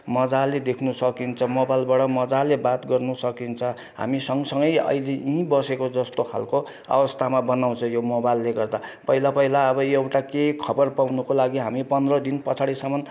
मज्जाले देख्न सकिन्छ मोबाइलबाट मज्जाले बात गर्नु सकिन्छ हामी सँग सँगै अहिले यहीँ बसेको जस्तो खालको अवस्थामा बनाउँछ यो मोबाइलले गर्दा पहिला पहिला अब एउटा केही खबर पाउनको लागि हामी पन्ध्र दिन पछाडिसम्म पनि